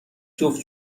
جفت